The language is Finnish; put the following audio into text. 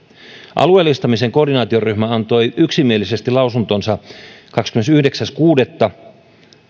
alueellistamisen koordinaatioryhmä antoi yksimielisesti lausuntonsa kahdeskymmenesyhdeksäs kuudetta